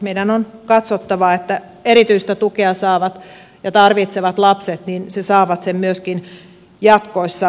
meidän on katsottava että erityistä tukea saavat ja tarvitsevat lapset saavat sen myöskin jatkossa